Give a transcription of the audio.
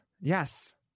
Yes